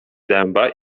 dęba